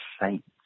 saints